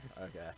Okay